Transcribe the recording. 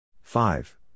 Five